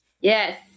Yes